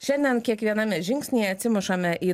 šiandien kiekviename žingsnyje atsimušame į